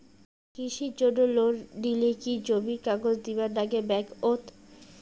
কৃষির জন্যে লোন নিলে কি জমির কাগজ দিবার নাগে ব্যাংক ওত?